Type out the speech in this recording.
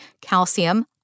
calcium